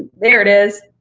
there it is!